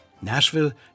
Nashville